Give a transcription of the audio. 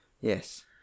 Yes